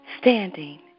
standing